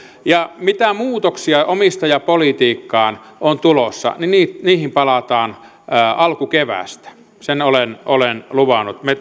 ja mitä muutoksia omistajapolitiikkaan on tulossa niihin palataan alkukeväästä sen olen olen luvannut me